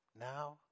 now